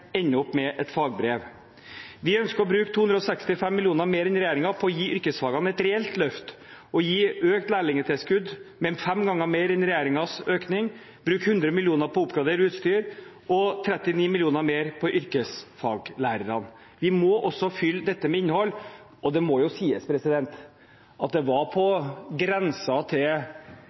opp med et fagbrev. Vi ønsker å bruke 265 mill. kr mer enn regjeringen på å gi yrkesfagene et reelt løft og gi økt lærlingtilskudd, fem ganger mer enn regjeringens økning, bruke 100 mill. kr på å oppgradere utstyr og 39 mill. kr mer på yrkesfaglærerne. Vi må også fylle dette med innhold, og det må sies at det er på grensa til